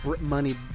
money